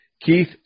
Keith